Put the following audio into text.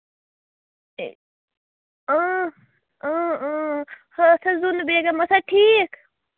ہے ہَتھ حظ زیُنم بیگم ٲسوَا ٹھیٖک